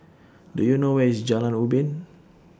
Do YOU know Where IS Jalan Ubin